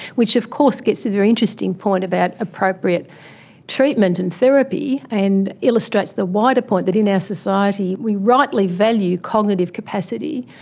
which of course gets to a very interesting point about appropriate treatment and therapy, and illustrates the wider point that in our society we rightly value cognitive capacity,